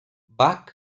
bach